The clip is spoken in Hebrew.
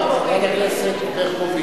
חברת הכנסת ברקוביץ.